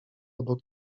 obok